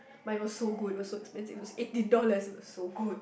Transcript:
but it was so good it was so expensive it was eighteen dollars it was so good